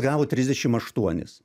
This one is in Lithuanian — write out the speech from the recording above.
gavo trisdešimt aštuonis